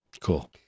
cool